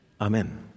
Amen